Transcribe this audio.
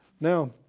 Now